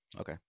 Okay